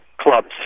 clubs